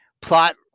plot